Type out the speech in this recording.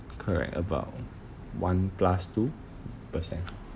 correct about one plus two percent